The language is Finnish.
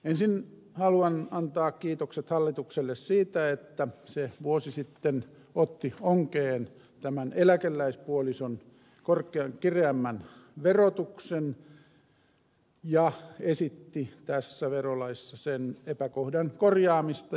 ensin haluan antaa kiitokset hallitukselle siitä että se vuosi sitten otti onkeen tämän eläkeläispuolison kireämmän verotuksen ja esitti tässä verolaissa sen epäkohdan korjaamista